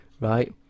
Right